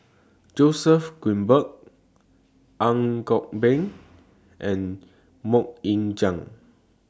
Joseph Grimberg Ang Kok Peng and Mok Ying Jang